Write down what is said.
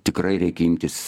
tikrai reikia imtis